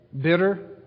Bitter